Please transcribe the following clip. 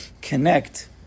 connect